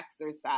exercise